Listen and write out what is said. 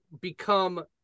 become